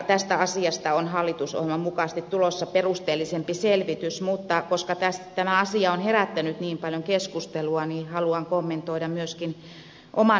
tästä asiasta on hallitusohjelman mukaisesti tulossa perusteellisempi selvitys mutta koska tämä asia on herättänyt niin paljon keskustelua haluan kommentoida myöskin oman näkökulmani tähän